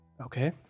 Okay